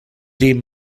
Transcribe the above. dem